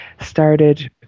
started